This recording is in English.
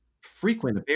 frequent